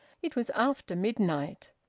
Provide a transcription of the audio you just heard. it was after midnight.